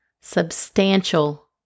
substantial